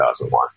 2001